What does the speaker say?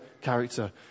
character